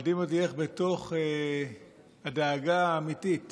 מדהים אותי איך בתוך הדאגה האמיתית